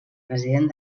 president